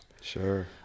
sure